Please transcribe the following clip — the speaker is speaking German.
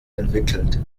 entwickelt